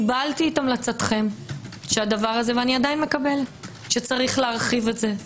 קיבלתי את המלצתכם ואני עדיין מקבלת שיש להרחיב את זה,